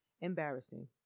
Embarrassing